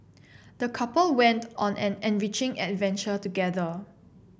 the couple went on an enriching adventure together